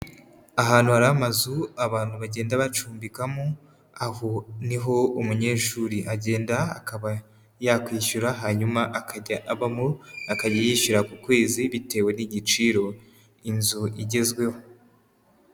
Ahantu hari amazu abantu bagenda bacumbikamo, aho ni ho umunyeshuri agenda akaba yakwishyura, hanyuma akajya abamo, akajya yishyura ku kwezi bitewe n'igiciro inzu igezweho.